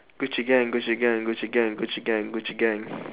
gucci gang gucci gang gucci gang gucci gang gucci gang